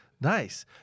Nice